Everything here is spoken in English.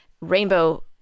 rainbow